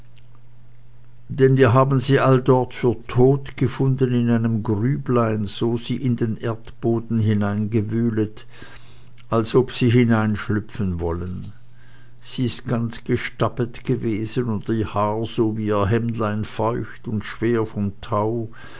denn wir haben sie alldort für todt gefunden in einem grüblein so sie in den erdboden hineingewühlet als ob sie hineinschlüpfen wollen sie ist ganz gestabet gewesen und ihr haar so wie ihr hemdlein feucht und schwer vom thau